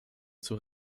zur